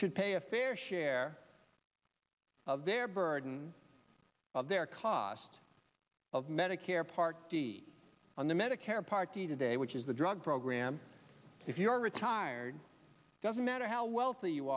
should pay a fair share of their burden of their cost of medicare part d on the medicare part d today which is the drug program if you are retired it doesn't matter how wealthy you